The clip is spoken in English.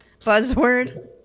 buzzword